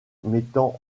mettant